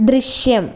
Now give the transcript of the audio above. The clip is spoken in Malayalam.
ദൃശ്യം